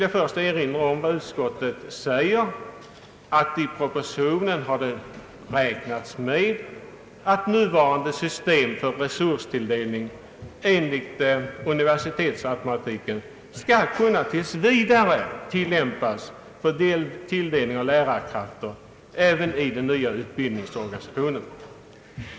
Jag erinrar om utskottets uttalande att i propositionen har räknats med att nuvarande system för resurstilldelning tills vidare skall kunna tillämpas vid tilldelning av lärarkrafter även i den nya utbildningsorganisationen.